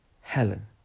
Helen